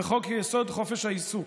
וחוק-יסוד: חופש העיסוק,